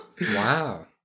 Wow